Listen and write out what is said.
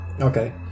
okay